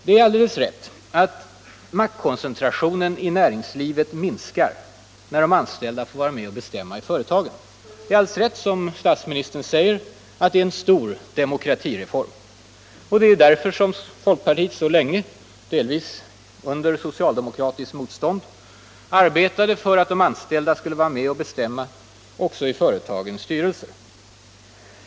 Det är alldeles rätt att maktkoncentrationen i näringslivet minskar när de anställda får vara med och bestämma. Det är, som statsministern säger, en stor demokratireform. Det är också därför som folkpartiet så länge, delvis mot socialdemokratins motstånd, har arbetat för att de anställda skall vara med och bestämma också i företagens styrelser.